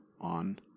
on